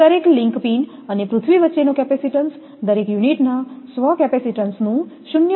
દરેક link pin અને પૃથ્વી વચ્ચેનો કેપેસિટીન્સ દરેક યુનિટના સ્વ કેપેસિટેન્સનું 0